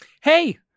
hey